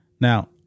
Now